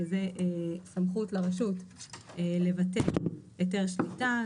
שזה סמכות לרשות לבטל היתר שליטה.